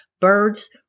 birds